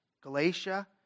Galatia